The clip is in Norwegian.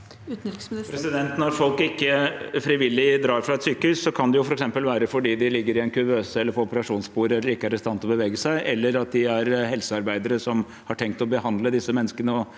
Når folk ikke frivillig drar fra et sykehus, kan det jo f.eks. være fordi de ligger i en kuvøse eller på operasjonsbordet, eller ikke er stand til å bevege seg, eller at de er helsearbeidere som har tenkt å behandle disse menneskene,